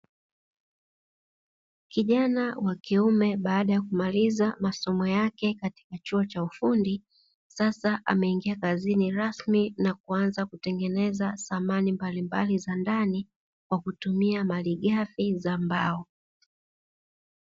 Kijana wa kiume baada ya kumaliza masomo yake katika chuo cha ufundi, sasa ameingia kazini rasmi na kuanza kutengeneza samani mbalimbali za ndani kwa kutumia malighafi za mbao.